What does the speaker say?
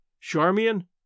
Charmian